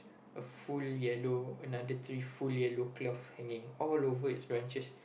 a full yellow another tree full yellow cloth hanging all over its branches